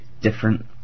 different